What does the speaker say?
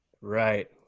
Right